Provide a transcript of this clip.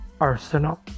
arsenal